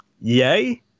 yay